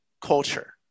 culture